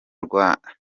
rwandamura